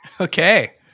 Okay